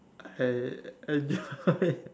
I I